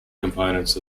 components